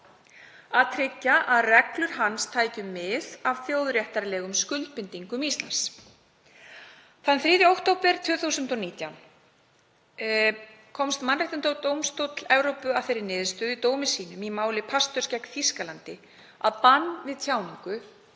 að tryggja að reglur hans tækju mið af þjóðréttarlegum skuldbindingum Íslands. Þann 3. október 2019 komst Mannréttindadómstóll Evrópu að þeirri niðurstöðu í dómi í máli Pastörs gegn Þýskalandi að bann við tjáningu